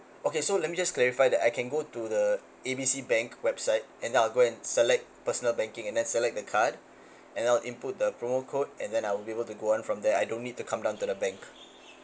okay so let me just clarify that I can go to the A B C bank website and I'll go and select personal banking and then select the card and I'll input the promo code and then I'll be able to go on from there I don't need to come down to the bank